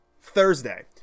Thursday